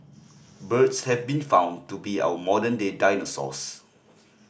birds have been found to be our modern day dinosaurs